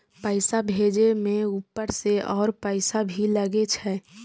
पैसा भेजे में ऊपर से और पैसा भी लगे छै?